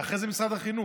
ואחרי זה משרד החינוך,